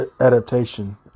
adaptation